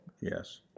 Yes